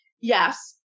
Yes